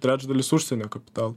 trečdalis užsienio kapitalo